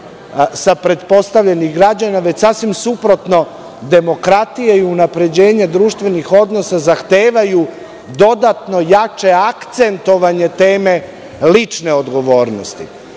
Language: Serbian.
sa pretpostavljenih građana, već sasvim suprotno, demokratija i unapređenje društvenih odnosa zahtevaju dodatno jače akcentovanje teme lične odgovornosti. Kolektivizam